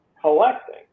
collecting